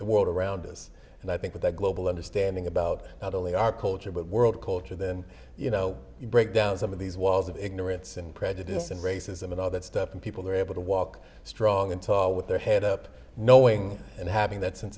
the world around us and i think that global understanding about not only our culture but world culture then you know you break down some of these walls of ignorance and prejudice and racism and all that stuff and people are able to walk strong and tall with their head up knowing and having that sense